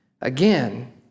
again